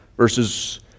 verses